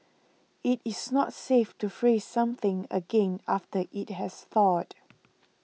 it is not safe to freeze something again after it has thawed